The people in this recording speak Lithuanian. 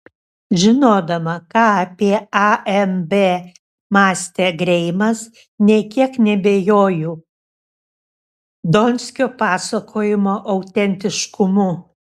žinodama ką apie amb mąstė greimas nė kiek neabejoju donskio pasakojimo autentiškumu